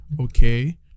Okay